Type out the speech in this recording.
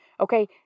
Okay